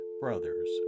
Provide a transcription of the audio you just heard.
brothers